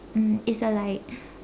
um it's a like